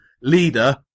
leader